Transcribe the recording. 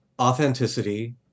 authenticity